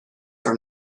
are